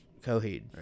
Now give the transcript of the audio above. Coheed